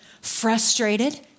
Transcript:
Frustrated